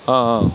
ఆహ